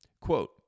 Quote